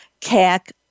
cac